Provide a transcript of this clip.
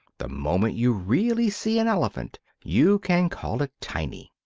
the moment you really see an elephant you can call it tiny.